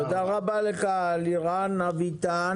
תודה רבה לך, לירן אביטן.